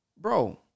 bro